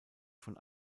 von